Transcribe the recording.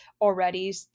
already